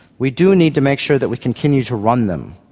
we do need to make sure that we continue to run them.